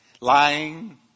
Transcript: lying